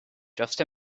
just